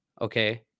Okay